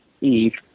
Eve